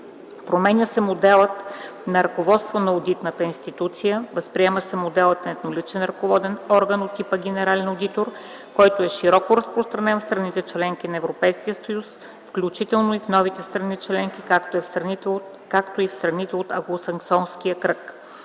Променя се моделът на ръководство на одитната институция. Възприема се моделът на едноличен ръководен орган от типа „генерален одитор”, който е широко разпространен в страните членки на Европейския съюз, включително и в новите страни членки, както и в страните от англосаксонския кръг.